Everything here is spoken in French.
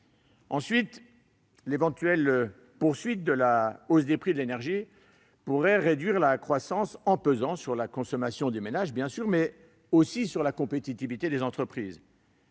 % prévu. L'éventuelle poursuite de la hausse des prix de l'énergie pourrait réduire la croissance en pesant non seulement sur la consommation des ménages, mais aussi sur la compétitivité des entreprises.